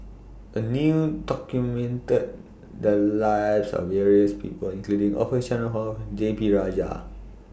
A New documented The Lives of various People including Orfeur Cavenagh and D P Rajah